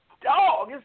dog